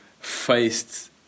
faced